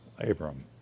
Abram